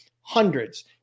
hundreds